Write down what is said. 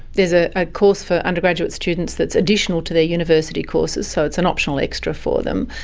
is ah a course for undergraduate students that's additional to their university courses, so it's an optional extra for them,